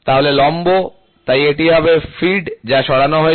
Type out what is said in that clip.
তাহলে লম্ব তাই এটি হবে ফিড যা সরানো হয়েছে